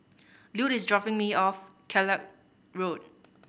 Lute is dropping me off Kellock Road